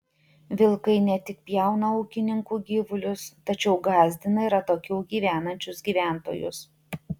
vilkai ne tik pjauna ūkininkų gyvulius tačiau gąsdina ir atokiau gyvenančius gyventojus